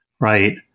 right